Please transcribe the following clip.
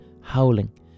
howling